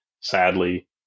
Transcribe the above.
sadly